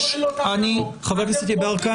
חבר הכנסת יברקן,